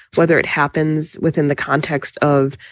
whether it happens within the context of,